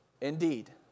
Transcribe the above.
Indeed